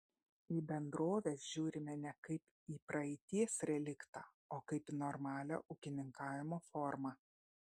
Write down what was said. į bendroves žiūrime ne kaip į praeities reliktą o kaip į normalią ūkininkavimo formą